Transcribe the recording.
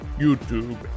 YouTube